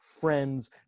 friends